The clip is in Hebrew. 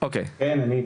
כן אני אתכם,